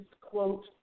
quote